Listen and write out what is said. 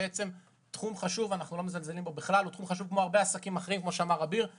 מדובר בתחום חשוב כמו הרבה עסקים אחרים שנפגעים.